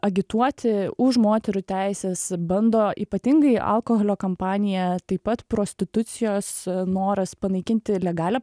agituoti už moterų teises bando ypatingai alkoholio kampanija taip pat prostitucijos noras panaikinti legalią